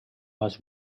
was